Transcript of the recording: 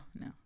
No